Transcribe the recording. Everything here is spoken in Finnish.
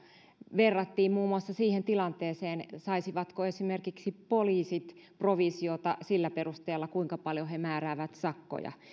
verrattiin muun muassa siihen tilanteeseen saisivatko esimerkiksi poliisit provisiota sillä perusteella kuinka paljon he määräävät sakkoja